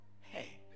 Hey